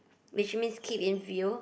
which means keep in view